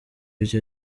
icyo